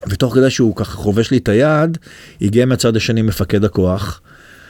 ותוך כדי שהוא ככה חובש לי את היד, הגיע מהצד השני מפקד הכוח.